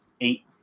eight